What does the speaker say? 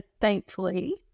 Thankfully